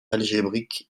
algébrique